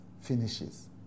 finishes